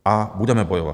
A budeme bojovat.